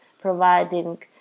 providing